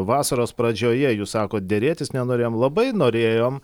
vasaros pradžioje jūs sakot derėtis nenorėjom labai norėjom